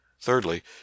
thirdly